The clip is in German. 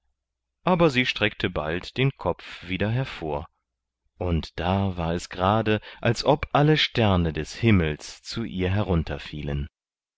aber sie steckte bald den kopf wieder hervor und da war es gerade als ob alle sterne des himmels zu ihr